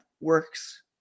works